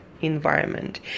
environment